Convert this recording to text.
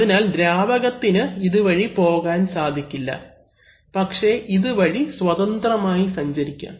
അതിനാൽ ദ്രാവകത്തിന് ഇത് വഴി പോകാൻ സാധിക്കില്ല പക്ഷേ ഇത് വഴി സ്വതന്ത്രമായി സഞ്ചരിക്കാം